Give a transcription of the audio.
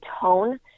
tone